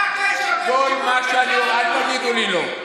מה הקשר בין שירות בצה"ל לגיור, אל תגידו לי לא.